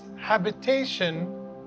habitation